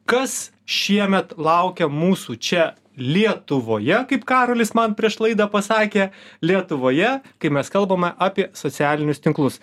kas šiemet laukia mūsų čia lietuvoje kaip karolis man prieš laidą pasakė lietuvoje kai mes kalbame apie socialinius tinklus